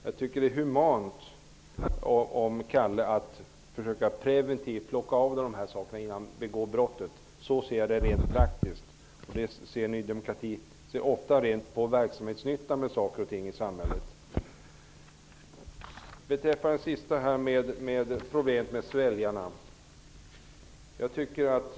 Jag tycker att det vore humant att försöka plocka av Kalle sådana här saker innan han begår brott. Så ser jag rent praktiskt på detta. Vi i Ny demokrati ser ofta till verksamhetsnyttan när det gäller olika företeelser i samhället. Sedan till problemet med de s.k. sväljarna.